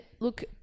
look